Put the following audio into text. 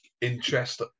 interest